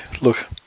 look